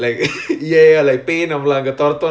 oh ya ya ya ya